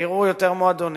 יראו יותר מועדונים,